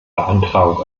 beantragung